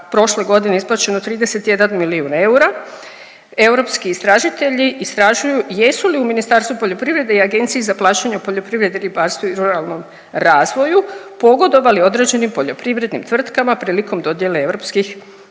prošle godine isplaćeno 31 milijun eura. Europski istražitelji istražuju jesu li u Ministarstvu poljoprivrede i Agenciji za plaćanje u poljoprivredi, ribarstvu i ruralnom razvoju pogodovali određenim poljoprivrednim tvrtkama prilikom dodjele europskih